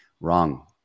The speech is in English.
Wrong